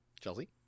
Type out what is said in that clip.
Chelsea